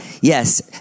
yes